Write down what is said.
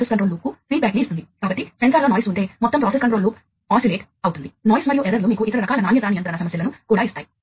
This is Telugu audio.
ఇంతకుముందు ఏమి జరిగేదంటే ఫీల్డ్ మౌంటెడ్ పరికరాలు ఎక్కువగా గణన చేయలేకపోయాయి